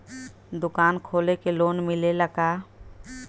दुकान खोले के लोन मिलेला का?